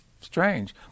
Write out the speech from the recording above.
strange